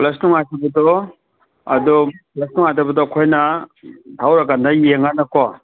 class ꯅꯨꯡꯉꯥꯏꯇꯕꯗꯣ ꯑꯗꯣ class ꯅꯨꯡꯉꯥꯏꯇꯕꯗꯣ ꯑꯩꯈꯣꯏꯅ ꯊꯧꯔꯥ ꯀꯥꯟꯗ ꯌꯦꯡꯂ ꯀꯥꯟꯗꯀꯣ